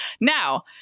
Now